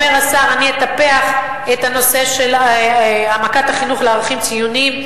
אומר השר: אני אטפח את הנושא של העמקת החינוך לערכים ציוניים,